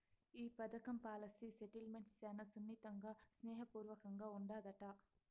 ఈ పదకం policy settlement శానా సున్నితంగా, స్నేహ పూర్వకంగా ఉండాదట